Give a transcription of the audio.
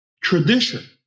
tradition